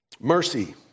mercy